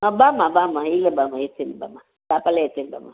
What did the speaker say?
ಬಾಮ್ಮ ಬಾಮ್ಮ ಈಗ ಬಾಮ್ಮ ಇರ್ತೀನಿ ಬಾಮ್ಮ ಶಾಪಲ್ಲೆ ಇರ್ತೀನಿ ಬಾಮ್ಮ